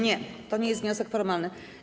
Nie, to nie jest wniosek formalny.